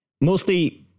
mostly